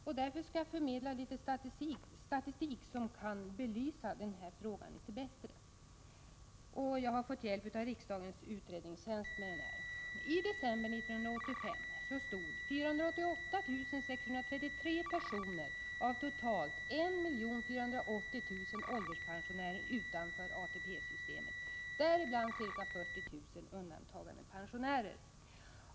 Jag vill förmedla en del statistik, som kan belysa den här frågan ytterligare. Jag har fått hjälp av riksdagens utredningstjänst. I december 1985 stod 488 633 personer av totalt 1 480 000 ålderspensionärer utanför ATP-systemet, däribland ca 40 000 undantagandepensionärer.